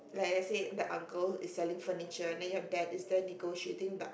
like let's say the uncle is selling furniture and your dad is the negotiating the